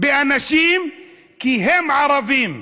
באנשים כי הם ערבים,